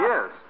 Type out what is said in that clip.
Yes